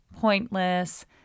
pointless